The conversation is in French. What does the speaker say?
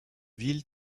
ville